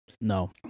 No